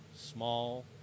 Small